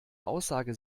aussage